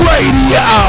Radio